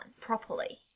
properly